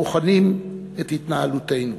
ובוחנים את התנהלותנו.